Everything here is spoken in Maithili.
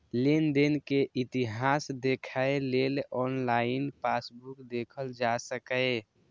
लेनदेन के इतिहास देखै लेल ऑनलाइन पासबुक देखल जा सकैए